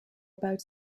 about